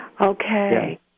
Okay